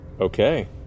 Okay